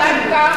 את יודעת כמה,